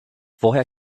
woher